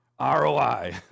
ROI